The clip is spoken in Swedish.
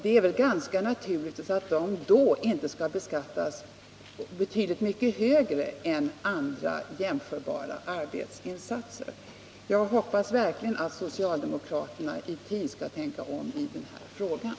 Det är väl ganska naturligt att de då inte skall beskattas betydligt högre än andra som gör jämförbara arbetsinsatser. Jag hoppas verkligen att socialdemokraterna i tid skall tänka om i den här frågan.